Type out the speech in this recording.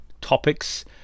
topics